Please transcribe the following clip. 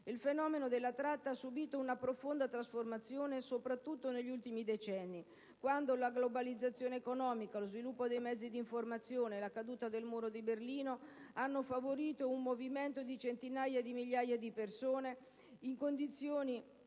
Il fenomeno della tratta ha subìto una profonda trasformazione soprattutto negli ultimi decenni, quando la globalizzazione economica, lo sviluppo dei mezzi di informazione, la caduta del muro di Berlino, hanno favorito il movimento di centinaia di migliaia di persone. In queste condizioni,